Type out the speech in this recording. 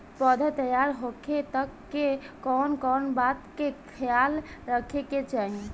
पौधा तैयार होखे तक मे कउन कउन बात के ख्याल रखे के चाही?